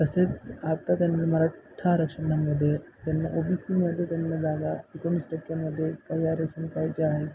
तसेच आता त्यां मराठा रक्षणामध्ये त्यांना ओबीसीमध्ये त्यांना जागा एकोणीस टक्क्यांमध्ये आरक्षण पाहिजे आहे